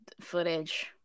footage